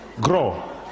Grow